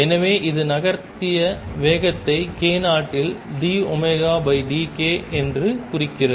எனவே இது நகர்த்திய வேகத்தை k0 இல் dω dk என்று குறிக்கிறது